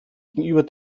gegenüber